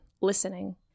Listening